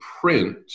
print